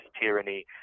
tyranny